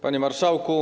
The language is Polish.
Panie Marszałku!